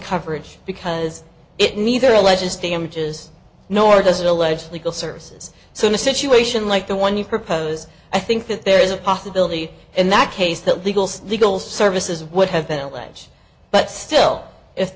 coverage because it neither alleges damages nor does it alleged legal services so in a situation like the one you propose i think that there is a possibility in that case that legals legal services would have been allege but still if